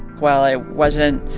while i wasn't